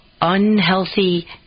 unhealthy